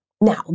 Now